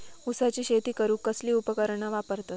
ऊसाची शेती करूक कसली उपकरणा वापरतत?